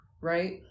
right